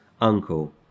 uncle